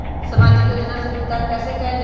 सामाजिक योजना से भुगतान कैसे कयल जाई?